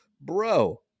Bro